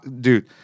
Dude